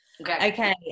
Okay